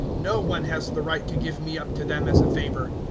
no one has the right to give me up to them as a favour.